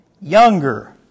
younger